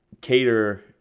Cater